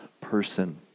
person